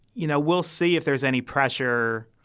you know, we'll see if there's any pressure.